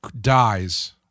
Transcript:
dies